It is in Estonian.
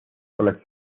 oleks